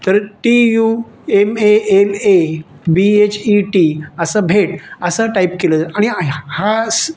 तर T U M A M A B H E T असं भेट असं टाईप केलं आणि हा